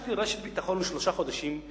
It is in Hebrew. ביקשתי רשת ביטחון לשלושה חודשים,